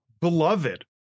Beloved